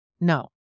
No